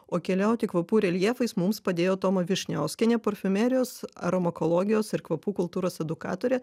o keliauti kvapų reljefais mums padėjo toma vyšniauskienė parfumerijos aromakologijos ir kvapų kultūros edukatorė